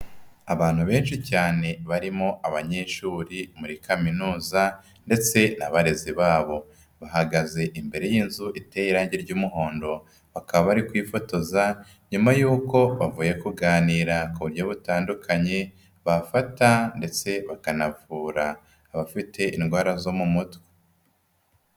Abantu benshi cyane barimo abanyeshuri muri kaminuza ndetse n'abarezi babo. Bahagaze imbere y'inzu iteye irangi ry'umuhondo, bakaba bari kwifotoza nyuma y'uko bavuye kuganira ku buryo butandukanye bafata ndetse bakanavura abafite indwara zo mu mutwe.